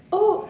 oh